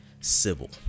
civil